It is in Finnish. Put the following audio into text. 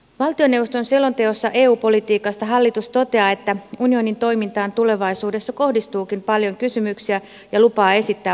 valtioneuvoston selonteossa eu politiikasta hallitus toteaa että unionin toimintaan tulevaisuudessa kohdistuukin paljon kysymyksiä ja lupaa esittää vastauksensa